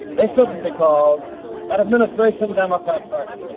they shouldn't be called that administration democrat party.